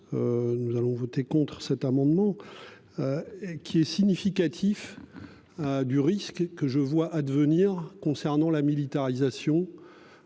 Nous allons voter contre cet amendement. Qui est significatif. Ah du risque que je vois à devenir concernant la militarisation.